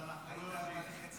אז אנחנו לא יודעים.